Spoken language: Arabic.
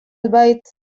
البيت